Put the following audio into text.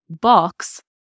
box